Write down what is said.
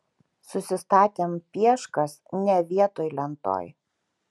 susistatėm pieškas ne vietoj lentoj